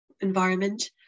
environment